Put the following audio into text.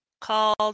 called